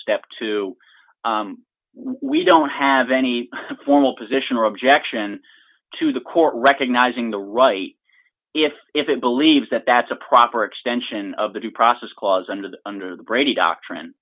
step two we don't have any formal position or objection to the court recognizing the right if if it believes that that's a proper extension of the due process clause under the under the brady doctrine